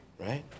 right